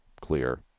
clear